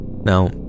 Now